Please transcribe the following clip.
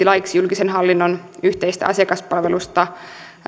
laiksi julkisen hallinnon yhteisestä asiakaspalvelusta